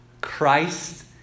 Christ